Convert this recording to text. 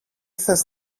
θες